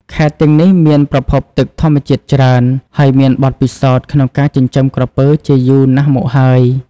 ខេត្តទាំងនេះមានប្រភពទឹកធម្មជាតិច្រើន ហើយមានបទពិសោធន៍ក្នុងការចិញ្ចឹមក្រពើជាយូរណាស់មកហើយ។